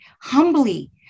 humbly